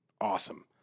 awesome